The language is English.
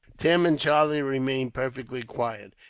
tim and charlie remained perfectly quiet.